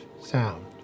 sound